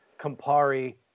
Campari